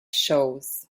shows